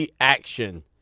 action